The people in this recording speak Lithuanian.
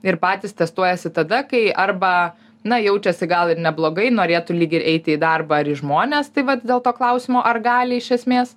ir patys testuojasi tada kai arba na jaučiasi gal ir neblogai norėtų lyg ir eiti į darbą ar į žmones tai vat dėl to klausimo ar gali iš esmės